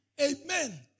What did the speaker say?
Amen